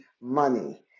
money